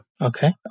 Okay